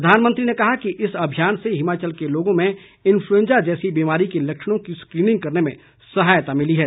प्रधानमंत्री ने कहा कि इस अभियान से हिमाचल के लोगों में इन्फ्लुएंजा जैसी बीमारी के लक्षणों की स्क्रीनिंग करने में सहायता मिली है